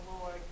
Lord